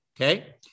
Okay